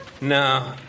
No